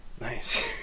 nice